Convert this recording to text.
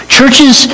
Churches